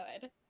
good